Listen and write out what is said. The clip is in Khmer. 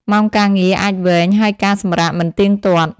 ម៉ោងការងារអាចវែង ហើយការសម្រាកមិនទៀងទាត់។